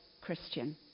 Christian